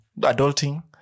adulting